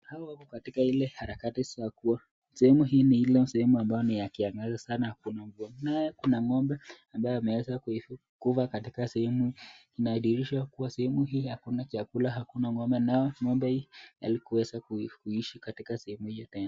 Hawa wako watika ile harakati za kuwa, sehemu hii ni ile sehemu za kiangazi sana, naye kuna ng'ombe ambaye ameweza kufa katika sehemu hii. Inadhihirisha kuwa sehemu hii hakuna chakula, hakuna ng'ombe naye ng'ombe hii halikuweza kuishi katika sehemu hili tena.